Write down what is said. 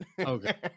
okay